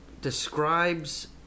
describes